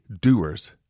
doers